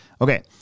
Okay